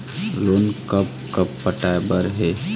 Loan कब कब पटाए बर हे?